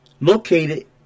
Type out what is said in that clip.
located